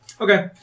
Okay